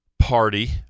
party